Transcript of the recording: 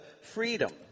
freedom